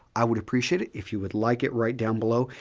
i would appreciate it if you would like it right down below.